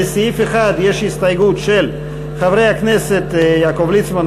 לסעיף 1 יש הסתייגות של חברי הכנסת יעקב ליצמן,